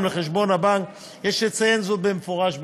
לחשבון הבנק יש לציין זאת במפורש בחקיקה.